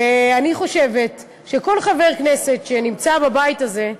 ואני חושבת שכל חבר כנסת שנמצא בבית הזה,